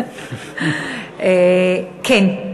1. כן.